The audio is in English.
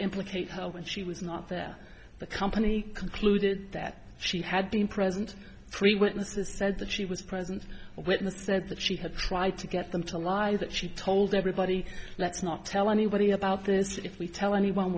implicate her when she was not there the company concluded that she had been present three witnesses said that she was present or witness said that she had tried to get them to lie that she told everybody let's not tell anybody about this if we tell anyone